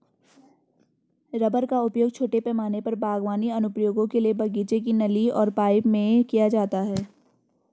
rubber का उपयोग छोटे पैमाने पर बागवानी अनुप्रयोगों के लिए बगीचे की नली और पाइप में किया जाता है